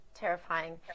terrifying